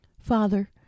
Father